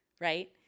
right